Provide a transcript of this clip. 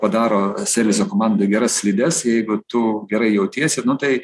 padaro serviso komandoj geras slides jeigu tu gerai jautiesi nu tai